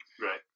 Right